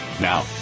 Now